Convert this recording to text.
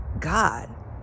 God